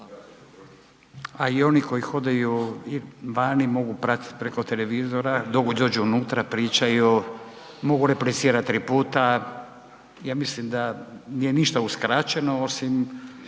A i oni koji hodaju vani mogu pratit preko televizora, dok dođu unutra pričaju. Mogu replicirat tri puta. Ja mislim da nije ništa uskraćeno osim